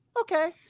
okay